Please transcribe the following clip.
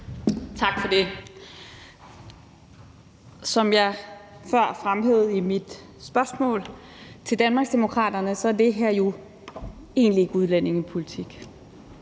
Tak for det. Som jeg før fremhævede i mit spørgsmål til Danmarksdemokraterne, er det her jo egentlig ikke udlændingepolitik.